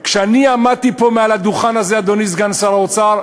אני עמדתי פה מעל הדוכן הזה, אדוני סגן שר האוצר,